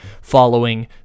following